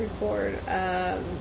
record